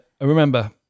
Remember